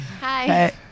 Hi